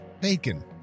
bacon